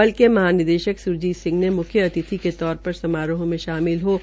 बल के महानिदेशक स्रजीत सिंह ने मुख्य अतिथि के तौर पर समारोह में शामिल हये